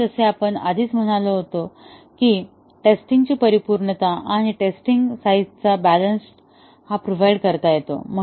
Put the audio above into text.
आणि जसे आपण आधीच म्हणत आलो आहोत की टेस्टिंग ची परिपूर्णता आणि टेस्टिंग साईझचा बॅलन्स प्रोव्हाइड करतो